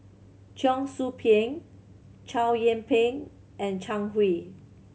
Cheong Soo Pieng Chow Yian Ping and Zhang Hui